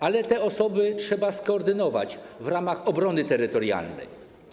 Ale te osoby trzeba skoordynować w ramach obrony terytorialnej.